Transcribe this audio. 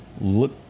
Look